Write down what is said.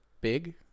big